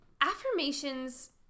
affirmations